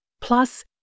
plus